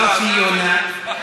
יוסי יונה,